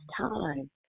time